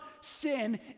sin